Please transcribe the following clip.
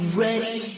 ready